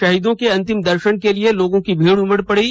शहीदों के अंतिम दर्शन के लिए लोगों की भीड़ उमड़ पड़ी